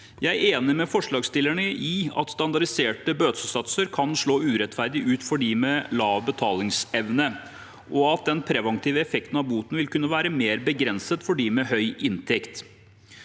er enig med forslagsstillerne i at standardiserte bøtesatser kan slå urettferdig ut for dem med lav betalingsevne, og at den preventive effekten av boten vil kunne være mer begrenset for dem med høy inntekt.